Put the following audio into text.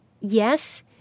yes